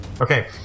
Okay